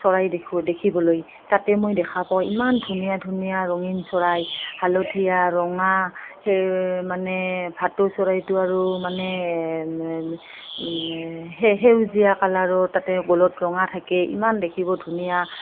চৰাই দেখু দেখিবলৈ তাতে মই দেখা পাওঁ ইমান ধুনীয়া ধুনীয়া ৰঙীন চৰাই হালধীয়া ৰঙা সেই মানে ভাটৌ চৰাইটো আৰু মানে সে সেউজীয়া কালাৰো তাতে গ'লত ৰঙা থাকে ইমান দেখিব ধুনীয়া